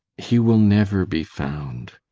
he will never be found.